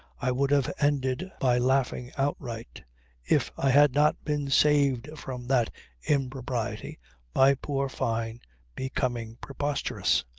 i would have ended by laughing outright if i had not been saved from that impropriety by poor fyne becoming preposterous.